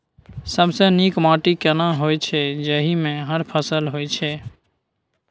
सबसे नीक माटी केना होय छै, जाहि मे हर फसल होय छै?